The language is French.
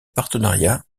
partenariat